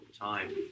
time